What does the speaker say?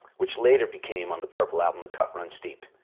which later became on the purple album the cut runs deep.